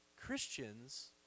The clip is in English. Christians